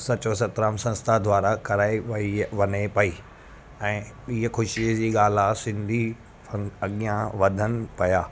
सचो सतराम संस्था द्वारा कराई वेई वञे पेई ऐं ई ख़ुशीअ जी ॻाल्हि आहे सिंधी फंक अॻियां वधनि पिया